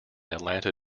atlanta